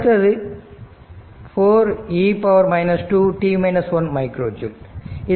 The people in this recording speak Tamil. அடுத்தது 4e 2 மைக்ரோ ஜூல்